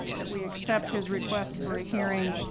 that we accept his request for a hearing,